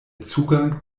zugang